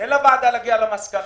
תן לוועדה להגיע למסקנה.